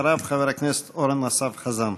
אחריו, חבר הכנסת אורן אסף חזן.